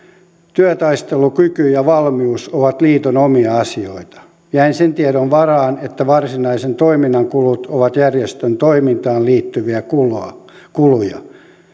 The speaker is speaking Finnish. työtaistelukyky ja valmius ovat liiton omia asioita jäin sen tiedon varaan että varsinaisen toiminnan kulut ovat järjestön toimintaan liittyviä kuluja kuluja